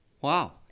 Wow